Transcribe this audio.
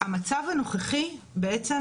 המצב הנוכחי בעצם